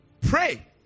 pray